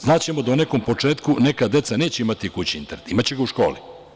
Znaćemo da u nekom početku neka deca neće imati kući internet, imaće ga u školi.